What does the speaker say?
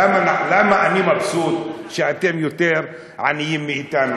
למה אני מבסוט שאתם יותר עניים מאתנו,